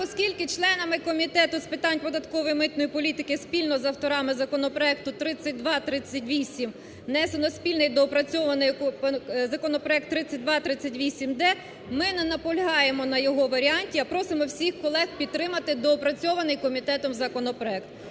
оскільки членами Комітету з питань податкової і митної політики спільно з авторами законопроекту 3238 внесено спільний доопрацьований законопроект 3238-д, ми не наполягаємо на його варіанті, а просимо всіх колег підтримати доопрацьований комітетом законопроект.